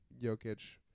Jokic